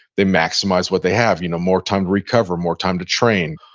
they maximize what they have. you know more time to recover, more time to train,